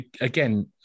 again